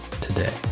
today